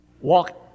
walk